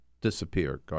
disappear